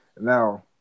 Now